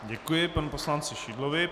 Děkuji panu poslanci Šidlovi.